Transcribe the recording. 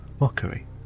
mockery